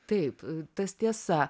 taip tas tiesa